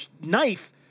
knife